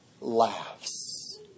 laughs